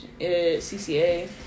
CCA